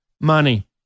money